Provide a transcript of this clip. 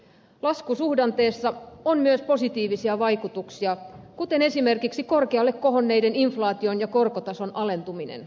laskusuhdanteesta on myös positiivisia vaikutuksia kuten esimerkiksi korkealle kohonneiden inflaation ja korkotason alentuminen